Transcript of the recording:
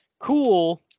Cool